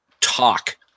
talk